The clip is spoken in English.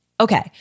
Okay